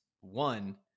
One